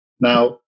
Now